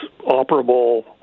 operable